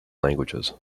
languages